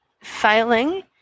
failing